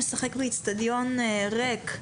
לשחק באצטדיון ריק,